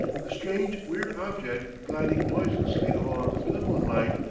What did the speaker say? the strange, weird object, gliding noiselessly along through the moonlight,